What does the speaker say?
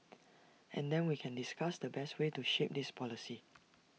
and then we can discuss the best way to shape this policy